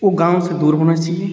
वो गाँव से दूर होना चाहिए